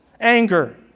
anger